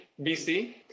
BC